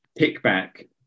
pickback